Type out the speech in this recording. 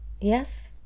yes